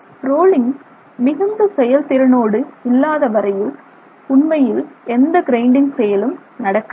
rolling மிகுந்த செயல் திறனோடு இல்லாத வரையில் உண்மையில் எந்த கிரைண்டிங் செயலும் நடக்கவில்லை